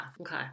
okay